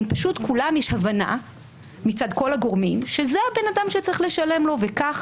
יש הבנה מצד כל הגורמים שזה הבן אדם שצריך לשלם לו וכך